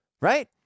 right